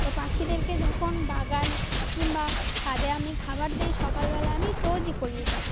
তো পাখিদেরকে যখন বাগান কিংবা ছাদে আমি খাবার দিই সকালবেলা আমি রোজই করি এটা